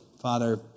Father